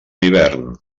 hivern